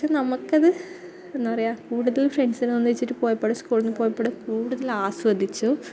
നമുക്ക് അത് എന്നാണ് പറയുക കൂടുതല് ഫ്രണ്ട്സിനോട് ഒന്നിച്ചിട്ട് പോയപ്പോൾ സ്കൂൾ നിന്ന് പോയപ്പോഴും കൂടുതൽ ആസ്വദിച്ചു